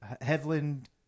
Headland